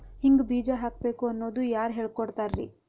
ಹಿಂಗ್ ಬೀಜ ಹಾಕ್ಬೇಕು ಅನ್ನೋದು ಯಾರ್ ಹೇಳ್ಕೊಡ್ತಾರಿ?